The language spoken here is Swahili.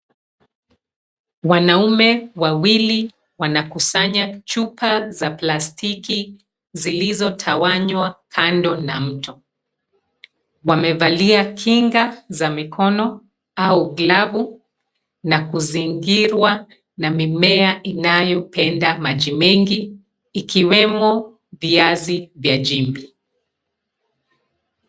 Wanaume wawili wanakusanya chupa za plastiki zilizotawanywa kando na mto. Wamevalia kinga za mikono au glavu na kuzingirwa na mimea inayopenda maji mengi, ikiwemo viazi vya chini.